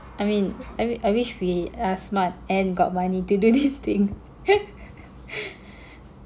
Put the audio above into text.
I mean I I wish we are smart and got money to do this thing